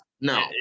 No